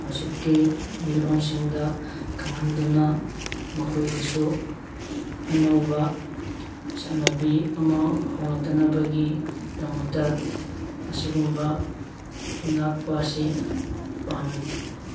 ꯍꯧꯖꯤꯛꯀꯤ ꯃꯤꯔꯣꯟꯁꯤꯡꯗ ꯈꯪꯍꯟꯗꯨꯅ ꯃꯈꯣꯏꯕꯨꯁꯨ ꯑꯅꯧꯕ ꯆꯠꯅꯕꯤ ꯑꯃ ꯍꯣꯡꯂꯛꯇꯅꯕꯒꯤ ꯗꯃꯛꯇ ꯑꯁꯤꯒꯨꯝꯕ ꯉꯥꯛꯄ ꯑꯁꯤ ꯄꯥꯝꯃꯤ